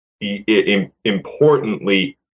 importantly